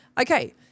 okay